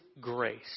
Grace